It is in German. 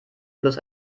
bloß